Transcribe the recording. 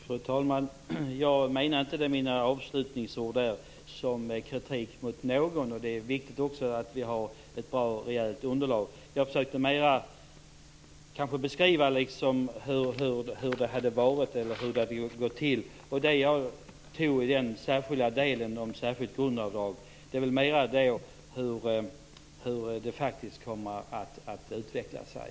Fru talman! Jag menade inte mina avslutningsord som kritik mot någon. Det är viktigt att vi har ett bra och rejält underlag. Jag försökte mer beskriva hur det hade gått till. Det jag tog upp i delen om särskilt grundavdrag var mer hur det faktiskt kommer att utveckla sig.